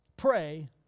Pray